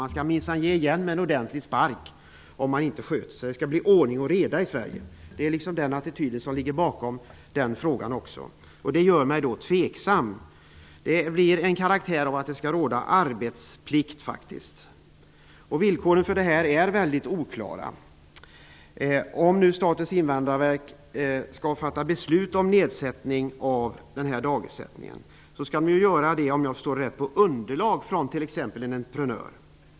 Man skall minsann ge igen med en ordentlig spark om en person inte sköter sig. Det skall bli ordning och reda i Sverige. Det är den attityden som finns i bakgrunden i den här frågan. Detta gör mig alltså tveksam. Det hela får faktiskt karaktären av tvång -- det skall råda arbetsplikt. Villkoren är väldigt oklara i detta avseende. Om Statens invandrarverk skall fatta beslut om nedsatt dagersättning skall det, om jag har förstått detta rätt, ske utifrån ett underlag t.ex. från en entreprenör.